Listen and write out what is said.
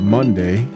Monday